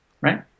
right